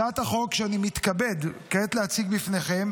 הצעת החוק שאני מתכבד כעת להציג בפניכם